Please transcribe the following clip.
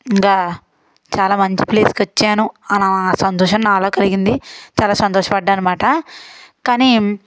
ఇంగా చాలా మంచి ప్లేస్కి వచ్చాను అనే సంతోషం నాలో కలిగింది చాలా సంతోషపడ్డా అనమాట కానీ